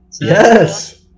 yes